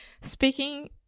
Speaking